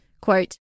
Quote